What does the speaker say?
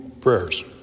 prayers